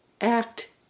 act